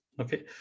okay